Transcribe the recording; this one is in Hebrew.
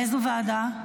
באיזו ועדה?